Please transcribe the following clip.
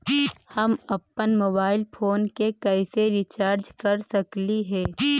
हम अप्पन mobile phone के कैसे रिचार्ज कर सकली हे?